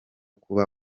kuba